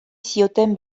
zioten